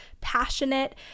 passionate